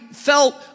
felt